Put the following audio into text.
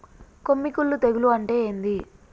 కొమ్మి కుల్లు తెగులు అంటే ఏంది?